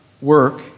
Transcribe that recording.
work